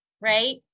Right